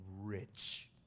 rich